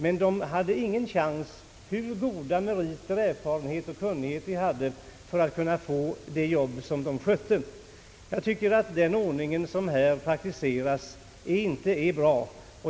Men de hade ingen chans, hur goda meriter i fråga om er farenheter och kunnighet de än hade, att få den tjänst som de faktiskt skötte. Jag tycker att den ordning som här praktiseras inte är bra.